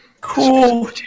Cool